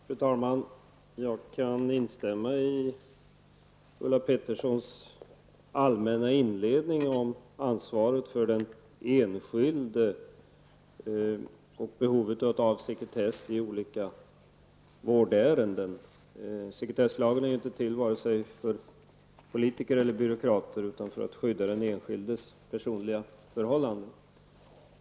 Fru talman! Jag kan instämma i Ulla Petterssons allmänna inledning om ansvaret för den enskilde och behovet av sekretess i olika vårdärenden. Sekretesslagen är ju inte till för vare sig politiker eller byråkrater utan för att skydda den enskildes personliga förhållanden.